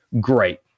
great